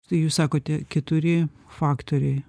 tai jūs sakote keturi faktoriai